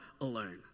alone